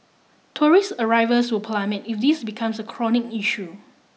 tourist arrivals will plummet if this becomes a chronic issue